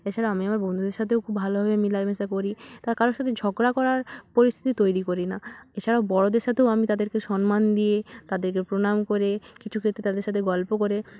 এছাড়া আমি আমার বন্ধুদের সাথেও খুব ভালোভাবে মেলামেশা করি তা কারোর সাথে ঝগড়া করার পরিস্থিতি তৈরি করি না এছাড়াও বড়োদের সাথেও আমি তাদেরকে সম্মান দিয়ে তাদেরকে প্রণাম করে কিছু ক্ষেত্রে তাদের সাথে গল্প করে